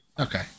Okay